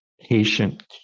patient